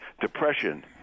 depression